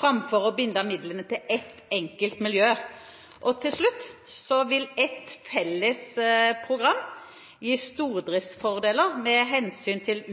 framfor å binde midlene til ett enkelt miljø. Til slutt vil et felles program gi stordriftsfordeler med hensyn til